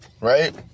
right